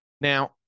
Now